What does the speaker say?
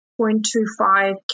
0.25